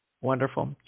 Wonderful